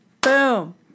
Boom